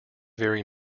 very